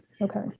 Okay